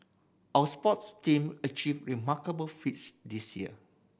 our sports team achieved remarkable feats this year